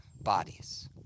bodies